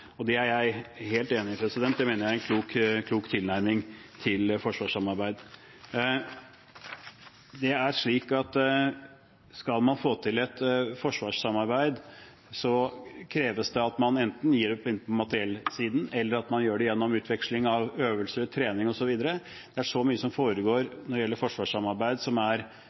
Det er jeg helt enig i. Det mener jeg er en klok tilnærming til forsvarssamarbeid. Det er slik at skal man få til et forsvarssamarbeid, kreves det at man enten gjør det på materiellsiden eller at man gjør det gjennom utveksling av øvelser, trening osv. Det er så mye som foregår når det gjelder forsvarssamarbeid som er